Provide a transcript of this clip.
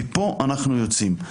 מפה אנחנו יוצאים.